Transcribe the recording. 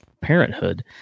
parenthood